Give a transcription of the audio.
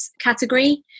category